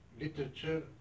literature